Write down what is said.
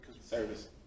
service